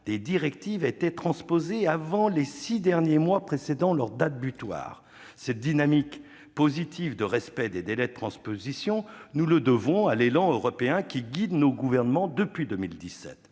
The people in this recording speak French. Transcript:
des directives étaient transposées avant les six mois précédant la date butoir. Cette dynamique positive de respect des délais de transposition, nous la devons à l'élan européen qui guide nos gouvernements depuis 2017.